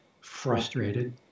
frustrated